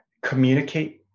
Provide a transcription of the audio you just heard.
communicate